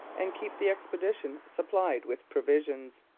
and keep the expedition supplied with provisions.